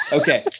Okay